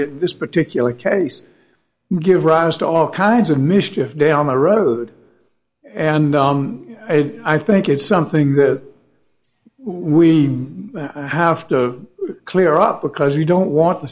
it this particular case give rise to all kinds of mischief down the road and on i think it's something that we have to clear up because we don't want